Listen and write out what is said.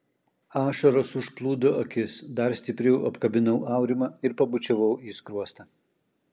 ašaros užplūdo akis dar stipriau apkabinau aurimą ir pabučiavau į skruostą